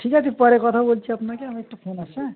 ঠিক আছে পরে কথা বলছি আপনাকে আমি একটা ফোন আসছে হ্যাঁ